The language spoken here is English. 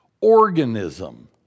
organism